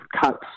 cuts